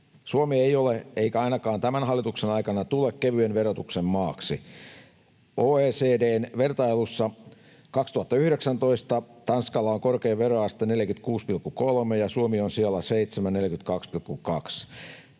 Suomi ei ole eikä ainakaan tämän hallituksen aikana tule kevyen verotuksen maaksi. OECD:n vertailussa 2019 Tanskalla on korkein veroaste, 46,3, ja Suomi on sijalla 7